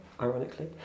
ironically